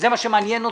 זה מה שמעניין אותי,